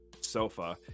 sofa